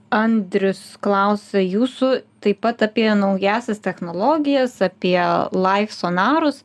andrius klausia jūsų taip pat apie naująsias technologijas apie laisonarus